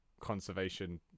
Conservation